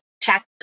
tax